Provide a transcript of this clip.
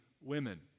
women